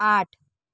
आठ